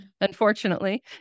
Unfortunately